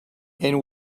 and